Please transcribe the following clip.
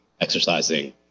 exercising